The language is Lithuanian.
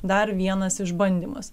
dar vienas išbandymas